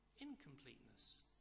incompleteness